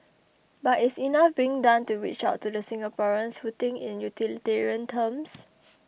but is enough being done to reach out to the Singaporeans who think in utilitarian terms